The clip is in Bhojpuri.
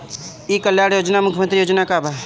ई कल्याण मुख्य्मंत्री योजना का है?